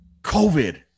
COVID